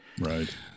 Right